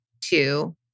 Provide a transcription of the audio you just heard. two